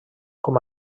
com